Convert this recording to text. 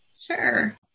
Sure